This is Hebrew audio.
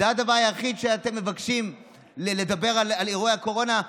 זה הדבר היחיד שאתם מבקשים לדבר על אירועי הקורונה?